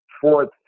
fourth